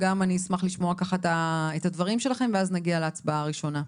אני אשמח לשמוע את הדברים שלכם ואז נגיע להצבעה ראשונה.